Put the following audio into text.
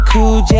Cool